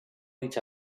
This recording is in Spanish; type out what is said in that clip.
dicha